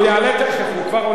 הוא יעלה תיכף, הוא כבר עונה.